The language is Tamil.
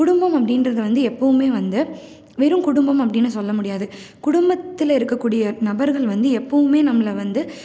குடும்பம் அப்படின்றது வந்து எப்பவுமே வந்து வெறும் குடும்பம் அப்படின்னு சொல்ல முடியாது குடும்பத்தில் இருக்கக்கூடிய நபர்கள் வந்து எப்பவுமே நம்மளை வந்து